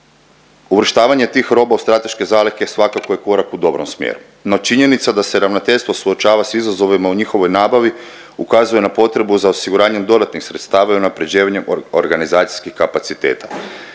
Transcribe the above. uvrštavanje tih roba u strateške zalihe svakako je korak u dobrom smjeru, no činjenica da se ravnateljstvo suočava s izazovima u njihovoj nabavi ukazuje na potrebu za osiguranjem dodatnih sredstava i unapređivanjem organizacijskih kapaciteta.